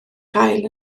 gael